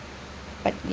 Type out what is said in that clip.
but